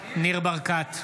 בעד ניר ברקת,